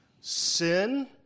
Sin